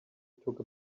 took